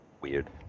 Weird